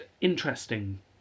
interesting